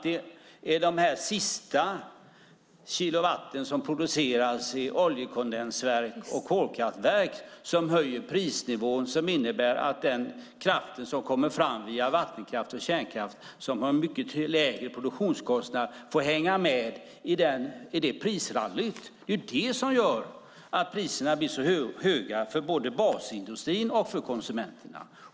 Det är de sista kilowattimmarna som produceras i oljekondensverk och kolkraftverk som höjer prisnivån och innebär att vattenkraft och kärnkraft, som har mycket lägre produktionskostnad, får hänga med i det prisrallyt. Det är det som gör att priserna blir så höga för både basindustrin och konsumenterna.